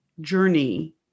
journey